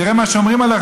תראה מה אומרים עליך,